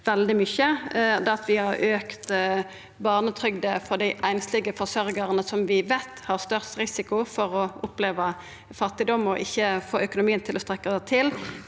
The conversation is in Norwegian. vi har auka barnetrygda for dei einslege forsørgjarane, som vi veit har størst risiko for å oppleva fattigdom og ikkje få økonomien til å strekkja til.